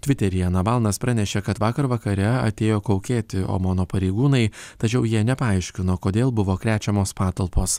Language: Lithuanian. tviteryje navalnas pranešė kad vakar vakare atėjo kaukėti omono pareigūnai tačiau jie nepaaiškino kodėl buvo krečiamos patalpos